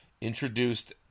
introduced